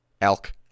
elk